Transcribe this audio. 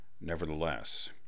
Nevertheless